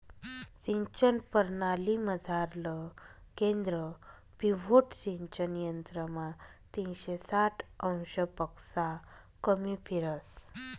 सिंचन परणालीमझारलं केंद्र पिव्होट सिंचन यंत्रमा तीनशे साठ अंशपक्शा कमी फिरस